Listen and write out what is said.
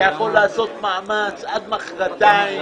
אתה יכול לעשות מאמץ עד מחרתיים,